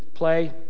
play